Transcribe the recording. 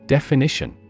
Definition